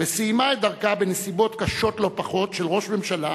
וסיימה את דרכה בנסיבות קשות לא פחות של ראש ממשלה